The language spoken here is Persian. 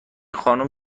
خانم